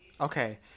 Okay